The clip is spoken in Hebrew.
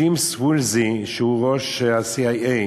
ג'יימס וולסי, שהוא ראש ה-CIA,